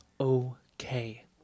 okay